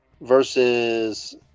versus